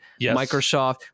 Microsoft